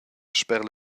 sper